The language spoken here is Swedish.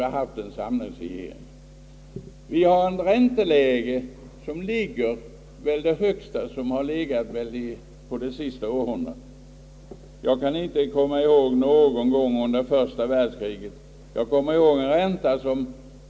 Vi har ett ränteläge som väl är det högsta som förekommit under det senaste århundradet. Jag kan inte komma ihåg något tillfälle under första världskriget då räntan var så hög som nu.